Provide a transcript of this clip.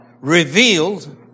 revealed